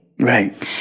Right